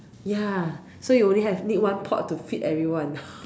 ya so you only have need one pot to feed everyone